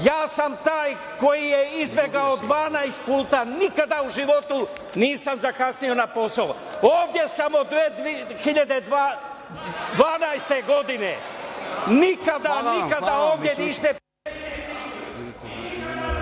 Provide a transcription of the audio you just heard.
Ja sam taj koji je izbegao 12 puta, nikada u životu nisam zakasnio na posao. Ovde sam od 2012. godine. Nikada ovde niste